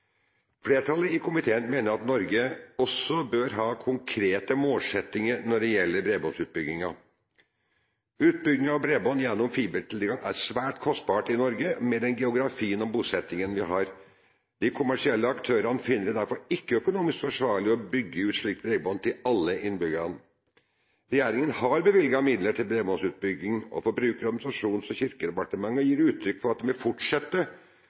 i komiteen mener at Norge også bør ha konkrete målsettinger når det gjelder bredbåndsutbyggingen. Utbyggingen av bredbånd gjennom fibertilgang er svært kostbart i Norge med den geografien og bosettingen vi har. De kommersielle aktørene finner det derfor ikke økonomisk forsvarlig å bygge ut slikt bredbånd til alle innbyggerne. Regjeringen har bevilget midler til bredbåndsutbygging over Forbruker-, administrasjons- og kirkedepartementet og gir uttrykk for at den vil fortsette